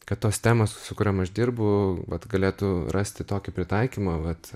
kad tos temos su kuriom aš dirbu vat galėtų rasti tokį pritaikymą vat